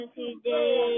today